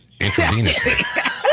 intravenously